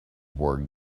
were